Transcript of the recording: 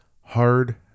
Hard